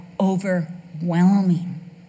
overwhelming